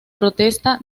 protesta